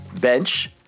bench